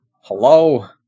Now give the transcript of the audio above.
Hello